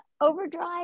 Overdrive